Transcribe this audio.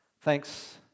Thanks